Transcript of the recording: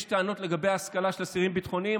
יש טענות לגבי השכלה של אסירים ביטחוניים.